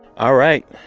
all right.